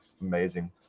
amazing